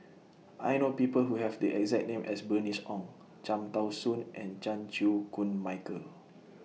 I know People Who Have The exact name as Bernice Ong Cham Tao Soon and Chan Chew Koon Michael